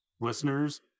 listeners